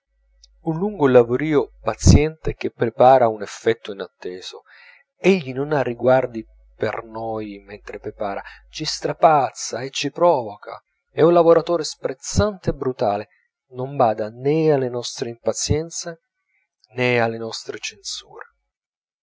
un lungo lavorìo paziente che prepara un effetto inatteso egli non ha riguardi per noi mentre prepara ci strapazza e ci provoca è un lavoratore sprezzante e brutale non bada nè alle nostre impazienze nè alle nostre censure